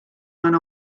went